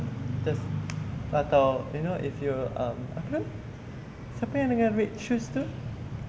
just atau you know if you are um apa nama siapa yang dengan red shoes tu